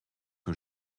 que